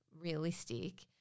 realistic